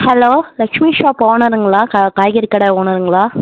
hello Lakshmi shop ஓனருங்களா காய்கறி கடை ஓனருங்களா